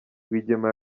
rwigema